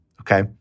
Okay